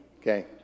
okay